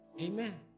Amen